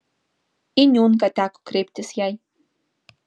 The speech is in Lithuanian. į niunką teko kreiptis jai